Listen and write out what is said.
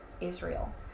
Israel